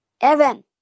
evan